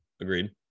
Agreed